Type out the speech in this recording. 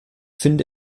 finde